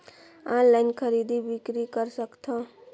Online खरीदी बिक्री कर सकथव?